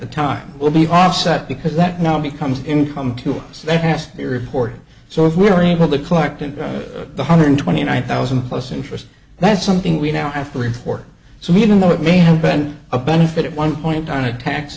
the time will be offset because that now becomes income to us that passed the report so if we are able to collect and the hundred twenty nine thousand plus interest that's something we now have to report so even though it may have been a benefit one point on a ta